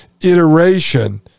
iteration